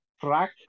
track